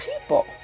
people